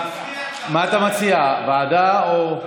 מה אתה מציע, ועדה או,